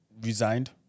resigned